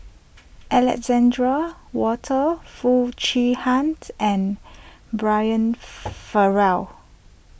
Alexander Wolters Foo Chee Hant and Brian Farrell